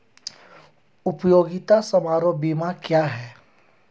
उपयोगिता समारोह बीमा क्या है?